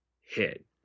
hit